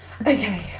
Okay